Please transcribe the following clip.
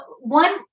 one